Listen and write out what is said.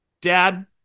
dad